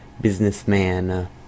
businessman